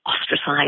ostracized